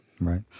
Right